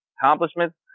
accomplishments